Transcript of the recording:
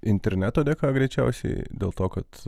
interneto dėka greičiausiai dėl to kad